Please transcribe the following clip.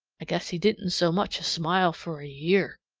i guess he didn't so much as smile for a year.